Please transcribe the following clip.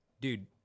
Dude